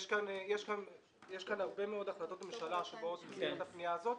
יש כאן הרבה מאוד החלטות ממשלה שבאות במסגרת הפנייה הזאת,